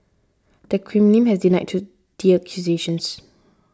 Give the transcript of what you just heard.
the Kremlin has denied to the accusations